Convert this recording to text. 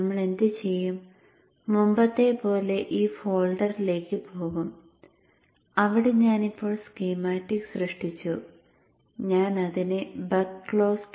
നമ്മൾ എന്തുചെയ്യും മുമ്പത്തെപ്പോലെ ഈ ഫോൾഡറിലേക്ക് പോകും അവിടെ ഞാൻ ഇപ്പോൾ സ്കീമാറ്റിക് സൃഷ്ടിച്ചു ഞാൻ അതിനെ buck closed